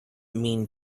mean